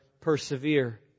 persevere